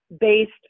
based